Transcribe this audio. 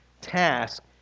task